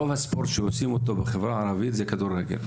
רוב הספורט בחברה הערבית זה כדורגל.